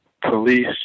police